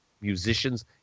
musicians